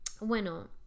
bueno